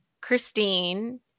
Christine